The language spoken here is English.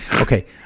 Okay